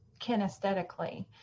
kinesthetically